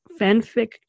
fanfic